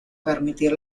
permitir